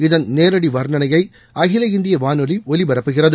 இதன் நேரடி வர்ணணையை அகில இந்திய வானொலி ஒலிபரப்புகிறது